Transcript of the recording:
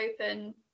open